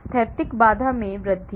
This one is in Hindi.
स्थैतिक बाधा में वृद्धि